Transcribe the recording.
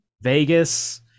Vegas